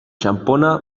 txanpona